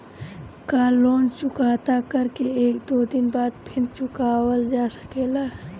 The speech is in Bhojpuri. का लोन चुकता कर के एक दो दिन बाद भी चुकावल जा सकेला?